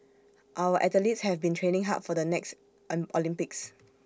our athletes have been training hard for the next an Olympics